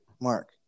Mark